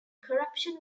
corruption